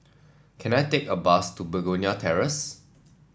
can I take a bus to Begonia Terrace